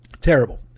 Terrible